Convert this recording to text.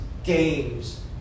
Games